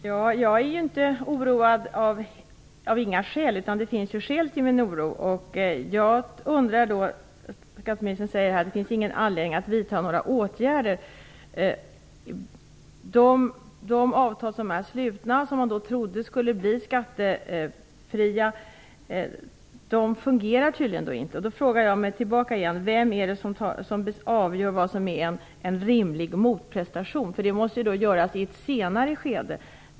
Fru talman! Det är inte utan skäl som jag är oroad, utan det finns ju skäl till min oro. Skatteministern sade att det inte finns någon anledning att vidta några åtgärder. Det fungerar tydligen inte med de avtal som är slutna och de pengar som man trodde skulle bli skattebefriade. Då frågar jag återigen: Vem är det som avgör vad som är en rimlig motprestation? Det måste ju göras i ett senare skede.